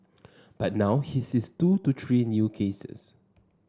but now he sees two to three new cases